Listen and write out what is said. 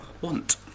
want